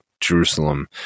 Jerusalem